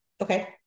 Okay